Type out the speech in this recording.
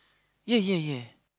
ya ya ya